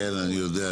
כן, אני יודע.